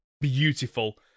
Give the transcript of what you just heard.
beautiful